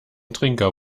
trinker